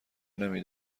نمی